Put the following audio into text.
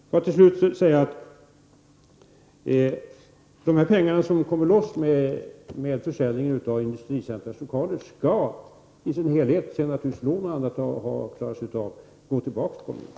Får jag till sist säga att de pengar som kommer loss genom försäljning av Industricentras lokaler skall helt, sedan lån och annat har klarats av, gå tillbaka till kommunen.